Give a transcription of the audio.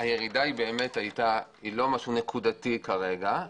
הירידה היא לא משהו נקודתי כרגע,